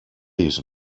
use